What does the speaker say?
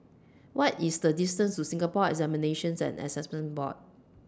What IS The distance to Singapore Examinations and Assessment Board